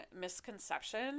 misconception